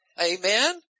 Amen